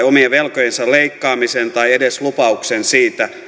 omien velkojensa leikkaamisen tai edes lupauksen siitä